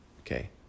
Okay